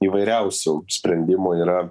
įvairiausių sprendimų yra